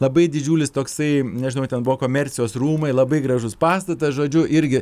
labai didžiulis toksai nežinau ten buvo komercijos rūmai labai gražus pastatas žodžiu irgi